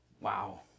Wow